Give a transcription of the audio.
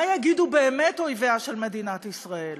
מה יגידו באמת אויביה של מדינת ישראל?